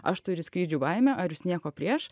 aš turiu skrydžių baimę ar jūs nieko prieš